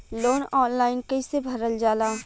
Loan online कइसे भरल जाला?